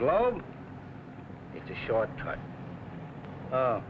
globe it's a short time